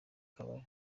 kabari